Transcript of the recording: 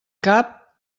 cap